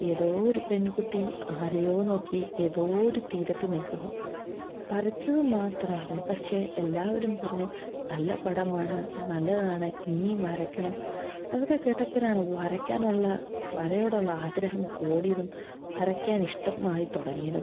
ഏതോ ഒരു പെൺകുട്ടി ആരെയോ നോക്കി ഏതോ ഒരു തീരത്തു നിൽക്കുന്നു വരച്ചതുമാത്രം അറിയാം പക്ഷേ എല്ലാവരും പറഞ്ഞു നല്ല പടമാണ് നല്ലതാണ് ഇനിയും വരക്കണം അതൊക്കെ കേട്ടപ്പോഴാണ് വരക്കാനുള്ള വരയോടുള്ള ആഗ്രഹം കൂടിയതും വരക്കാൻ ഇഷ്ടമായി തുടങ്ങിയതും